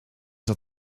zat